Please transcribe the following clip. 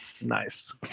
Nice